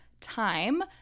time